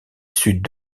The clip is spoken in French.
sud